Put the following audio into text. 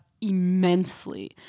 immensely